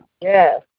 Yes